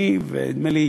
אני ונדמה לי